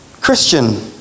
Christian